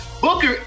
Booker